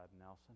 Nelson